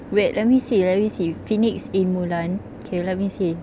wait let me see let me see phoenix in mulan okay let me see